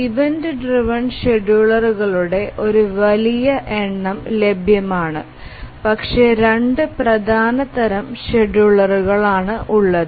event driven ഷെഡ്യൂളറുകളുടെ ഒരു വലിയ എണ്ണം ലഭ്യമാണ് പക്ഷേ രണ്ട് പ്രധാന തരം ഷെഡ്യൂളറുകൽ ആണ് ഉള്ളത്